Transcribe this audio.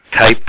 type